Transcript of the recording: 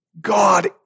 God